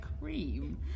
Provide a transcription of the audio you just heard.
cream